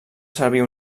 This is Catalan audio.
servir